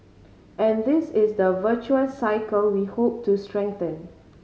and this is the virtuous cycle we hope to strengthen